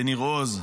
בניר עוז,